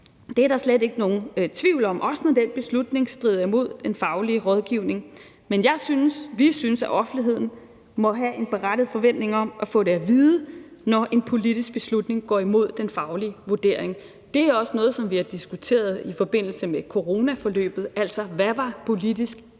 det er der slet ikke nogen tvivl om – også når den beslutning strider imod den faglige rådgivning. Men jeg synes og vi synes, at offentligheden må have en berettiget forventning om at få det at vide, når en politisk beslutning går imod den faglige vurdering. Det er også noget, som vi har diskuteret i forbindelse med coronaforløbet, altså: Hvad var politisk,